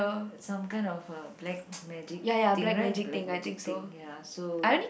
some kind of a black magic thing right black magic thing ya so